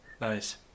nice